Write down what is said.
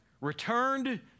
returned